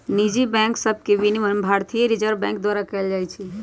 निजी बैंक सभके विनियमन भारतीय रिजर्व बैंक द्वारा कएल जाइ छइ